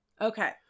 Okay